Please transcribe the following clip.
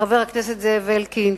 חבר הכנסת זאב אלקין,